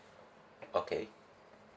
okay